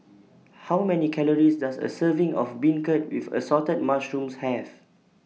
How Many Calories Does A Serving of Beancurd with Assorted Mushrooms Have